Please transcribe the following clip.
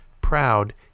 proud